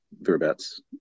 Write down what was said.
thereabouts